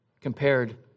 compared